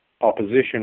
opposition